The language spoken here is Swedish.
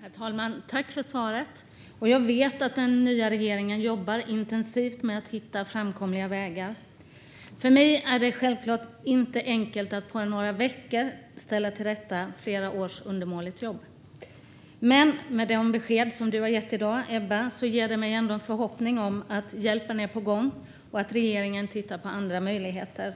Herr talman! Jag tackar för svaret. Jag vet att den nya regeringen jobbar intensivt med att hitta framkomliga vägar. Det är självklart inte enkelt att på några veckor ställa det här till rätta efter flera års undermåligt jobb. Men de besked som du har gett i dag, Ebba, ger mig ändå en förhoppning om att hjälpen är på gång och att regeringen tittar på andra möjligheter.